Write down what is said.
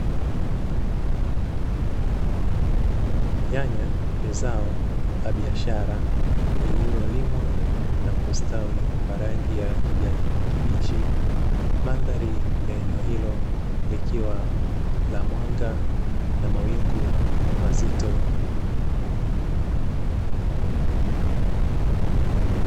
Nyanya ni zao la biashara, lililolimwa na kustawi kwa rangi ya kijani kibichi. Mandhari ya eneo hilo likiwa la mwanga na mawingu mazito.